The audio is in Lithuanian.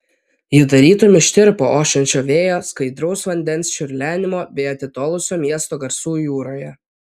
ji tarytum ištirpo ošiančio vėjo skaidraus vandens čiurlenimo bei atitolusio miesto garsų jūroje